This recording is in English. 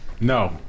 No